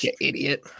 idiot